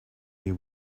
you